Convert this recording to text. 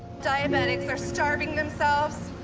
diabetics are starving themselves,